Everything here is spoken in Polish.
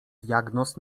diagnoz